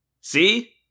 See